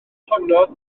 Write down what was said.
honnodd